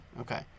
Okay